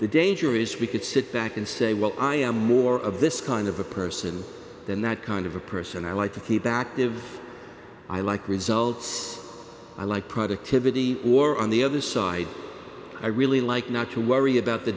the danger is we could sit back and say well i am more of this kind of a person than that kind of a person i like the feedback of i like results i like productivity or on the other side i really like not to worry about the